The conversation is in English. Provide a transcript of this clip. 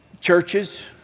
Churches